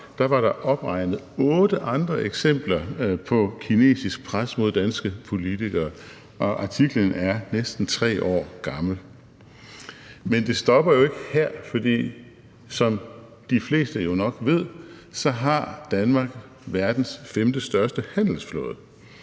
fra, var der opregnet otte andre eksempler på kinesisk pres mod danske politikere. Og artiklen er næsten 3 år gammel. Men det stopper jo ikke her, for som de fleste nok ved, har Danmark verdens femtestørste handelsflåde.